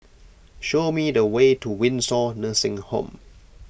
show me the way to Windsor Nursing Home